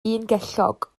ungellog